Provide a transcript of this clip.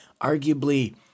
arguably